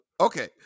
Okay